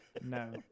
No